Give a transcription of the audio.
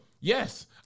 Yes